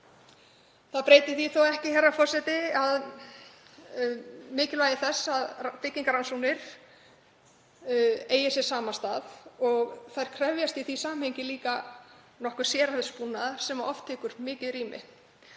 Það breytir þó ekki, herra forseti, mikilvægi þess að byggingarrannsóknir eigi sér samastað. Þær krefjast í því samhengi líka nokkuð sérhæfðs búnaðar sem oft tekur mikið rými.